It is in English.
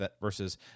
versus